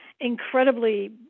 incredibly